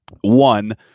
one